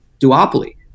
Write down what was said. duopoly